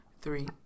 Three